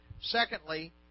Secondly